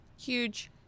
huge